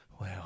Wow